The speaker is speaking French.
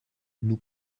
nous